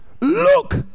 Look